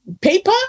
paper